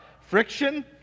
friction